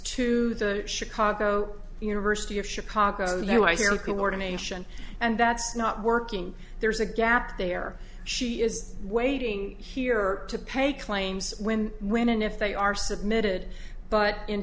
to the chicago university of chicago so there was no coordination and that's not working there's a gap there she is waiting here to pay claims when when and if they are submitted but in